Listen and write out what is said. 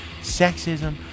Sexism